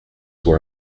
were